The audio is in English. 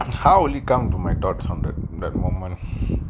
how would it come to my thought on that moment